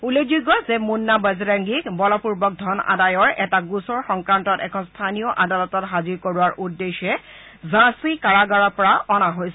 উল্লেখযোগ্য যে মুন্না বজৰংগীক বলপূৰ্বক ধন আদায়ৰ এটা গোচৰ সংক্ৰান্তত এখন স্থানীয় আদালতত হাজিৰ কৰোৱাৰ উদ্দেশ্যে ঝালী কাৰাগাৰৰ পৰা অনা হৈছিল